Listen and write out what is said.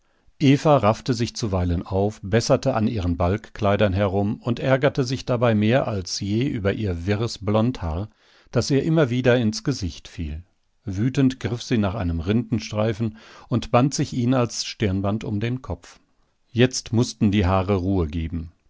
eva raffte sich zuweilen auf besserte an ihren balgkleidern herum und ärgerte sich dabei mehr als je über ihr wirres blondhaar das ihr immer wieder ins gesicht fiel wütend griff sie nach einem rindenstreifen und band sich ihn als stirnband um den kopf jetzt mußten die haare ruhe geben